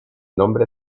nombre